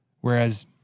Whereas